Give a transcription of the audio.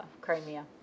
Crimea